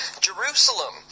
Jerusalem